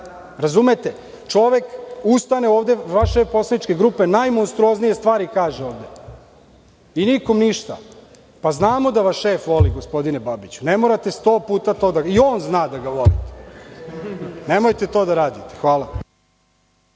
izdanke? Razumete, čovek ustane ovde, vaš šef poslaničke grupe i najmonstruoznije stvari kaže ovde i nikom ništa. Znamo da vas šef voli, gospodine Babiću, ne morate 100 puta to da, i on zna da ga volite, nemojte to da radite. Hvala.